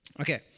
Okay